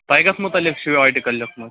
تۄہہِ کَتھ متعلق چھُو یہِ آٹِکل لیوکھمُت